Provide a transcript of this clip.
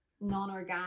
non-organic